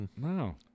Wow